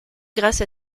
grâce